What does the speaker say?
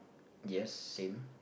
yes same